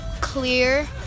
clear